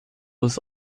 was